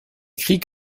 krieg